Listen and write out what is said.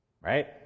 Right